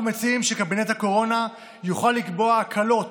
אנחנו מציעים שקבינט הקורונה יוכל לקבוע הקלות